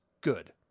good